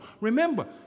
Remember